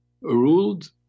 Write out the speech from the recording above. ruled